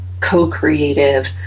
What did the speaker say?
co-creative